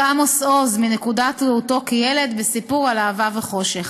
עמוס עוז מנקודת ראותו כילד ב"סיפור על אהבה וחושך":